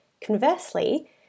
Conversely